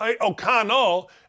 O'Connell